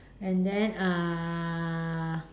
and then uh